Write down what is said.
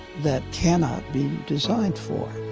that cannot be designed for.